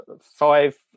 Five